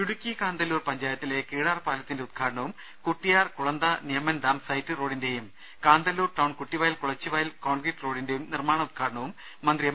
ദേദ ഇടുക്കി കാന്തല്ലൂർ പഞ്ചായത്തിലെ കീഴാർ പാലത്തിന്റെ ഉദ്ഘാടനവും കുട്ടിയാർ കുളന്ത നിയമ്മൻ ഡാം സൈറ്റ് റോഡിന്റെയും കാന്തല്ലൂർ ടൌൺ കുട്ടിവയൽ കുളച്ചി വയൽ കോൺക്രീറ്റ് റോഡിന്റെയും നിർമ്മാണ ഉദ്ഘാടനവും മന്ത്രി എം